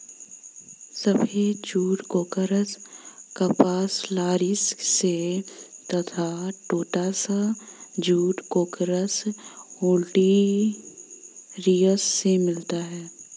सफ़ेद jute Corchorus capsularis से तथा टोस्सा जूट कोर्कोरस ओलिटोरियस से मिलता है